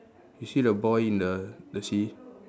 you see the boy in the the sea